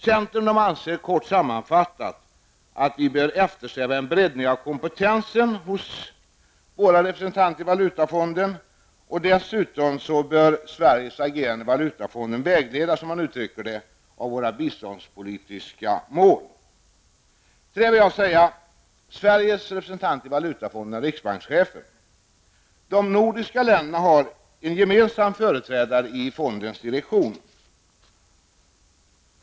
Centern anser, kort sammanfattat, att vi bör eftersträva en breddning av kompetensen hos våra representanter i Valutafonden, och Sveriges agerande i Valutafonden bör dessutom vägledas, som uttrycker det, av våra biståndspolitiska mål. Sveriges representant i Valutafonden är riksbankschefen, och de nordiska länderna har en gemensam företrädare i fondens direktion.